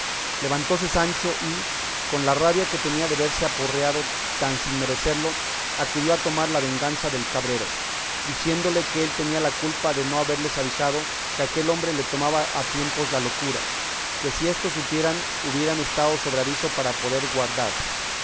montaña levantóse sancho y con la rabia que tenía de verse aporreado tan sin merecerlo acudió a tomar la venganza del cabrero diciéndole que él tenía la culpa de no haberles avisado que a aquel hombre le tomaba a tiempos la locura que si esto supieran hubieran estado sobre aviso para poderse guardar